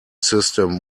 system